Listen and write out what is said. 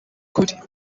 ukuri